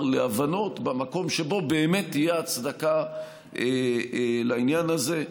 להבנות במקום שבאמת תהיה הצדקה לעניין הזה.